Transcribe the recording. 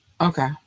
Okay